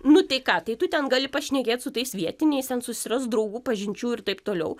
nu tei ką tai tu ten gali pašnekėt su tais vietiniais ten susirast draugų pažinčių ir taip toliau